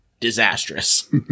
disastrous